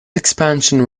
expansion